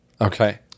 Okay